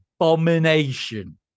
abomination